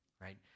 right